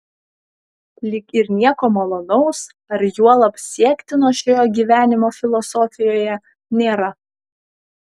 lyg ir nieko malonaus ar juolab siektino šioje gyvenimo filosofijoje nėra